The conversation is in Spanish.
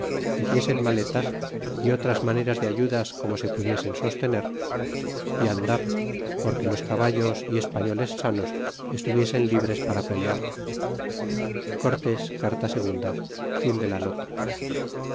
hiciesen maletas y otras maneras de ayudas como se pudiesen sostener y andar porque los caballos y españoles sanos es tu viesen libres para pelear cortés carta ii